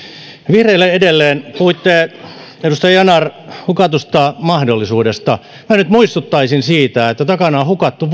vihreille edelleen puhuitte edustaja yanar hukatusta mahdollisuudesta minä nyt muistuttaisin siitä että takana oli hukattu